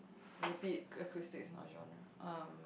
repeat acoustic is not genre um